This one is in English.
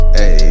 Hey